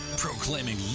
Proclaiming